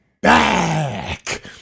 back